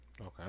Okay